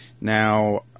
Now